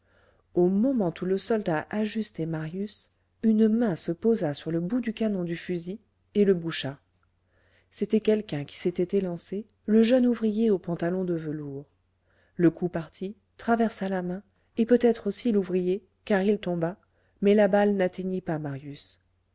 au moment où le soldat ajustait marius une main se posa sur le bout du canon du fusil et le boucha c'était quelqu'un qui s'était élancé le jeune ouvrier au pantalon de velours le coup partit traversa la main et peut-être aussi l'ouvrier car il tomba mais la balle n'atteignit pas marius